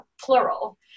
plural